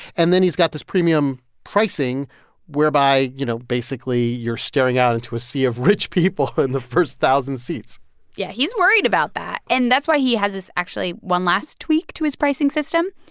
and then he's got this premium pricing whereby, you know, basically, you're staring out into a sea of rich people but in the first thousand seats yeah. he's worried about that. and that's why he has this actually one last tweak to his pricing system.